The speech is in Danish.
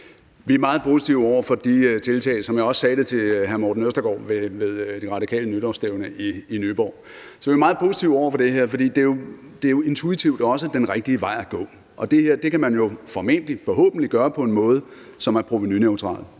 Vi er meget positive over for de tiltag, som jeg også sagde til hr. Morten Østergaard ved De Radikales nytårsstævne i Nyborg. Vi er meget positive over for det her, for det er jo intuitivt også den rigtige vej at gå. Og det her kan man jo forhåbentlig gøre på en måde, som er provenuneutral.